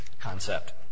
concept